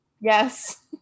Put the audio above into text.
Yes